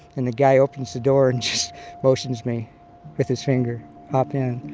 and the guy opens the door and just motions me with his finger hop in.